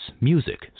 music